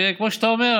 שכמו שאתה אומר,